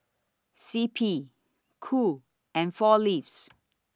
C P Cool and four Leaves